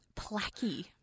placky